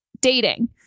dating